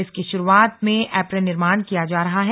इसकी शुरुआत में एप्रेन निर्माण किया जा रहा है